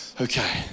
Okay